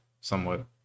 somewhat